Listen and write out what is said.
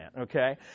okay